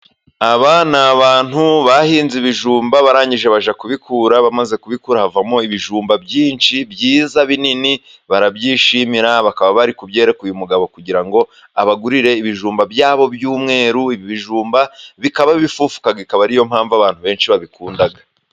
Aba ni abantu bahinze ibijumba barangije bajya kubikura, bamaze kubikura havamo ibijumba byinshi byiza binini barabyishimira. Bakaba bari kubyereka uyu mugabo, kugira ngo abagurire ibijumba byabo by'umweru. Ibi bijumba bikaba bifufuka, ikaba ariyo mpamvu abantu benshi babikunda.